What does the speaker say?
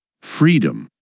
Freedom